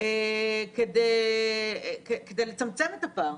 כדי לצמצם את הפער.